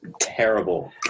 terrible